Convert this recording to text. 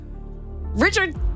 Richard